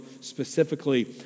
specifically